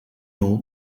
old